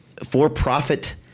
For-profit